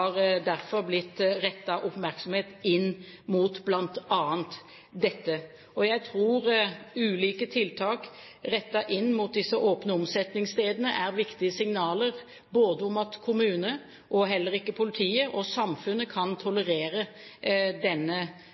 blitt rettet oppmerksomhet inn mot bl.a. dette. Jeg tror ulike tiltak rettet inn mot disse åpne omsetningsstedene er viktige signaler om at verken kommune eller politiet eller samfunnet kan tolerere denne